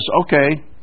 okay